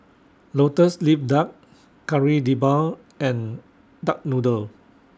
Lotus Leaf Duck Kari Debal and Duck Noodle